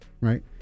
right